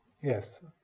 Yes